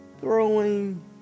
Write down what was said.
Throwing